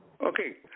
okay